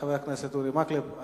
חבר הכנסת אורי מקלב,